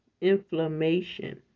inflammation